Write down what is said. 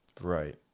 Right